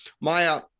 Maya